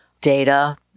data